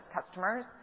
customers